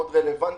מאוד רלוונטיות.